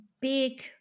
big